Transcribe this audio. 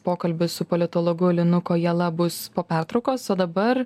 pokalbis su politologu linu kojala bus po pertraukos o dabar